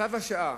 צו השעה,